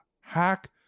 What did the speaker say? hack